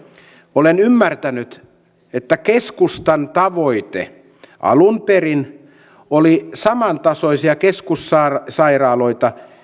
olen ymmärtänyt että keskustan tavoite alun perin oli samantasoisia keskussairaaloita